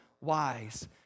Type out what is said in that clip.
wise